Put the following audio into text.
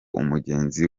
umugenzi